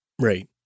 Right